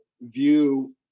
view